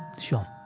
sure